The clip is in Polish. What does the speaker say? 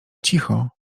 cicho